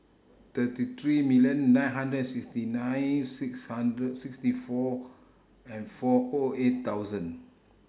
thirty three million nine hundred and sixty nine six hundred sixty four and four O eight thousand